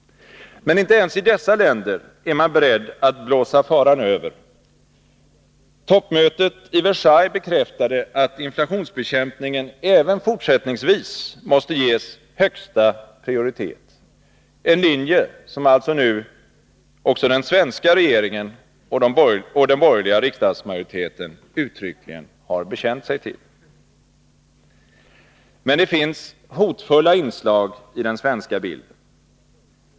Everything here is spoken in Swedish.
Men inte ens i dessa länder är man beredd att blåsa faran över. Toppmötet i Versailles bekräftade att inflationsbekämpningen även fortsättningvis måste ges högsta prioritet, en linje som alltså nu också den svenska regeringen och den borgerliga riksdagsmajoriteten uttryckligen har bekänt sig till. Men det finns hotfulla inslag i den svenska bilden.